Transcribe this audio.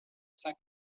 saco